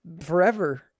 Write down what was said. forever